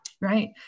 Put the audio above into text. Right